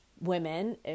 women